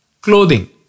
clothing